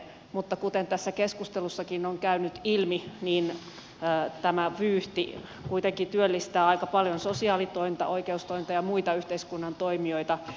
mutta kuten tässä keskustelussakin on käynyt ilmi niin tämä vyyhti kuitenkin työllistää aika paljon sosiaalitointa oikeustointa ja muita yhteiskunnan toimijoita